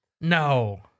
No